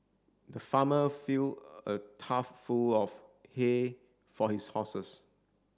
the farmer filled a tough full of hay for his horses